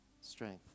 strength